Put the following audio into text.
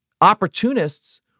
Opportunists